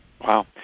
Wow